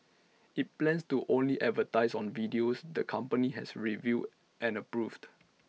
IT plans to only advertise on videos the company has reviewed and approved